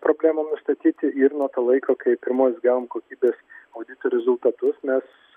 problemom nustatyti ir nuo to laiko kai pirmus gavom kokybės audito rezultatus mes